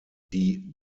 die